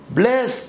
bless